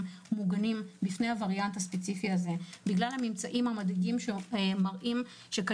מוגנים בפני הווריאנט הספציפי הזה בגלל הממצאים המדאיגים שמראים שיש לו,